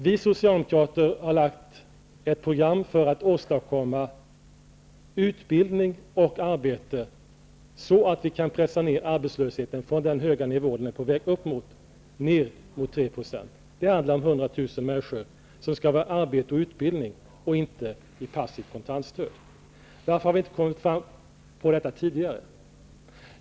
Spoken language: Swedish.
Vi socialdemokrater har lagt fram ett program för att åstadkomma utbildning och arbete, så att vi kan pressa arbetslösheten från den höga nivå som den är på väg upp till ner mot 3 %. Det handlar om 100 000 människor som skall ha arbete och utbildning, inte passivt kontantstöd. Varför har ni inte kommit på detta tidigare? undrar Anne Wibble.